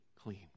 clean